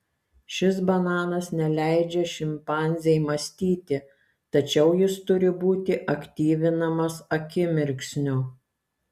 šis bananas neleidžia šimpanzei mąstyti tačiau jis turi būti aktyvinamas akimirksniu